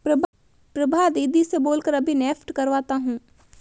प्रभा दीदी से बोल कर अभी नेफ्ट करवाता हूं